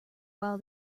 while